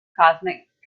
cosmic